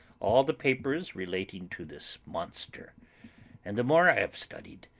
all the papers relating to this monster and the more i have studied,